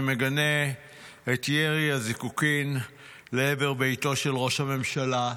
אני מגנה את ירי הזיקוקים לעבר ביתו של ראש הממשלה,